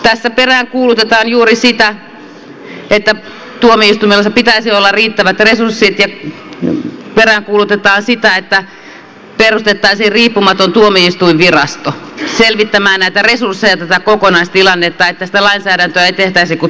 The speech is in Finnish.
tässä peräänkuulutetaan juuri sitä että tuomioistuimilla pitäisi olla riittävät resurssit ja peräänkuulutetaan sitä että perustettaisiin riippumaton tuomioistuinvirasto selvittämään näitä resursseja ja tätä kokonaistilannetta niin että sitä lainsäädäntöä ei tehtäisi kuin tilkkutäkkiä